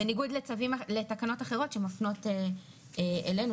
בניגוד לתקנות אחרות שמפנות אלינו,